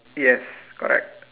yes correct